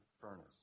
furnace